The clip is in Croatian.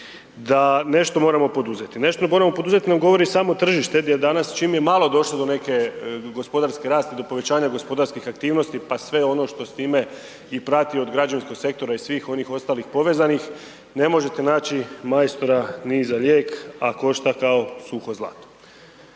da nešto moramo poduzeti. Nešto moramo poduzeti, ne govori samo tržište di je danas, čim je malo došlo do neke gospodarski rast i do povećanja gospodarskih aktivnosti pa sve ono što s time i prati od građanskog sektora i svih onih ostalih povezanih, ne možete naći majstora ni za lijek, a košta kao suho zlato.